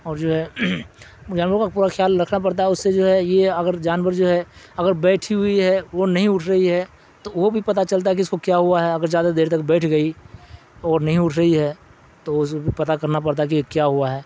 اور جو ہے جانوروں کا پورا خیال رکھنا پڑتا ہے اس سے جو ہے یہ اگر جانور جو ہے اگر بیٹھی ہوئی ہے وہ نہیں اٹھ رہی ہے تو وہ بھی پتہ چلتا ہے کہ اس کو کیا ہوا ہے اگر زیادہ دیر تک بیٹھ گئی اور نہیں اٹھ رہی ہے تو اس پتہ کرنا پڑتا ہے کہ کیا ہوا ہے